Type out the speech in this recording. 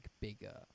bigger